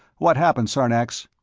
what happened, sarnax?